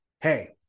Hey